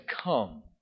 come